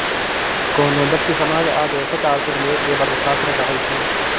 कोनो ब्यक्ति, समाज आ देशक आर्थिक लेबदेब अर्थशास्त्र कहाइ छै